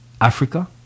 Africa